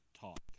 talk